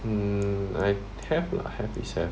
mm I have lah have is have